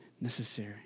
necessary